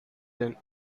then